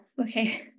okay